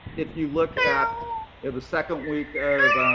if you look at yeah the second week of